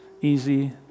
easy